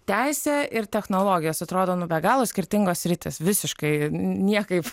teisė ir technologijos atrodo nu be galo skirtingos sritys visiškai niekaip